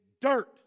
dirt